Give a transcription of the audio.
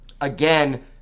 again